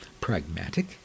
pragmatic